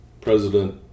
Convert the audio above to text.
president